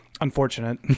unfortunate